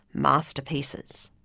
masterpieces?